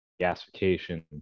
gasification